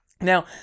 Now